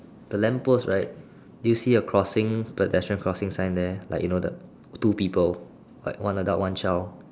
the lamp post right do you see a crossing pedestrian crossing sign there like you know the two people white one adult one child